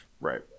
Right